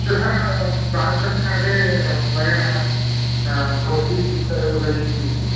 श्वः प्रातः काले मया भवती सिद्धः भविष्यति किं